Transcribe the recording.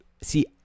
see